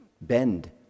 bend